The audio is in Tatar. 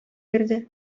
бирде